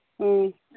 ꯎꯝ